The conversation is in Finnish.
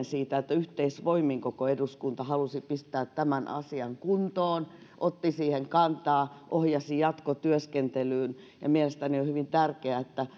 siitä että yhteisvoimin koko eduskunta halusi pistää tämän asian kuntoon otti siihen kantaa ohjasi jatkotyöskentelyyn ja mielestäni on hyvin tärkeää että